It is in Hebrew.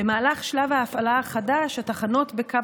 במהלך שלב ההפעלה החדש התחנות בקו